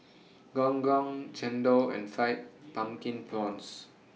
Gong Gong Chendol and Fried Pumpkin Prawns